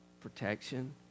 protection